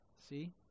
See